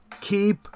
Keep